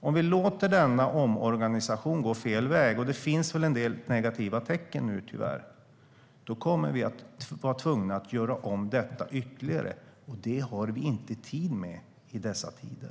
Om vi låter denna omorganisation gå fel, och det finns tyvärr en del negativa tecken, kommer vi att vara tvungna att göra om detta ytterligare. Det har vi inte tid med i dessa tider.